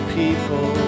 people